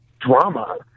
drama